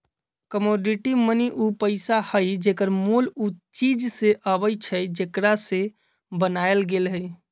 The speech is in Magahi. कमोडिटी मनी उ पइसा हइ जेकर मोल उ चीज से अबइ छइ जेकरा से बनायल गेल हइ